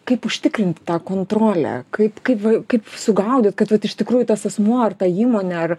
kaip užtikrinti tą kontrolę kaip kaip kaip sugaudyt kad vat iš tikrųjų tas asmuo ar ta įmonė ar